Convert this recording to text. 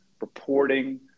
reporting